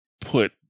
put